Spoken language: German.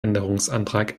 änderungsantrag